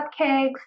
cupcakes